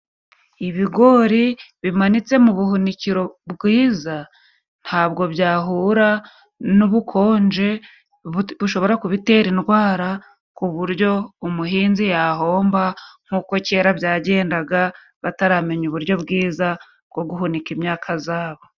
Ibigori bimanitse mu buhunikiro bwiza ntabwo byahura n'ubukonje bushobora kubitera indwara, ku buryo umuhinzi yahomba nk'uko kera byagendaga bataramenya uburyo bwiza bwo guhunika imyaka zabo.